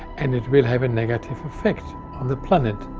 and it will have a negative effect on the planet.